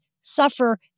suffer